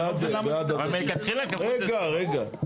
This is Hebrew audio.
ואני לא מבין מה --- רגע, רגע.